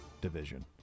division